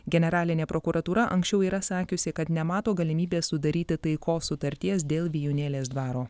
generalinė prokuratūra anksčiau yra sakiusi kad nemato galimybės sudaryti taikos sutarties dėl vijūnėlės dvaro